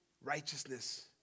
righteousness